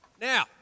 Now